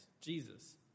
Jesus